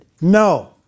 No